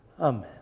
Amen